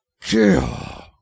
Kill